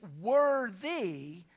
worthy